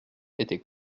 était